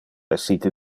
essite